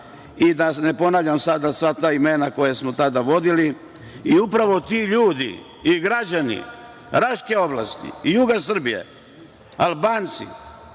Da ne ponavljam sad sva ta imena ljudi koje smo tada vodili. Upravo ti ljudi i građani Raške oblasti i juga Srbije, Albanci